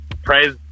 praise